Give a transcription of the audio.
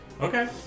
Okay